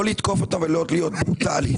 לא לתקוף אותם ולא להיות ברוטלית,